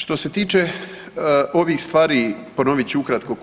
Što se tiče ovih stvari, ponovit ću ukratko